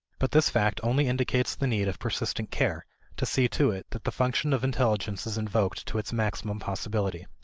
but this fact only indicates the need of persistent care to see to it that the function of intelligence is invoked to its maximum possibility.